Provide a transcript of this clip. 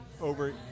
over